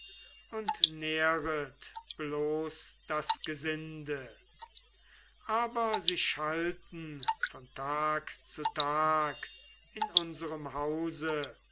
und nähret bloß das gesinde aber sie schalten von tage zu tag in unserem hause